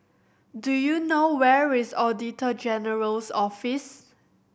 do you know where is Auditor General's Office